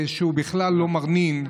שהוא בכלל לא מרנין,